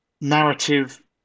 narrative